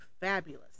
fabulous